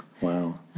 Wow